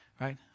right